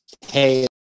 Hey